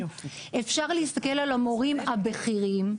אפשר להסתכל על המורים הבכירים,